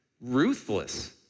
ruthless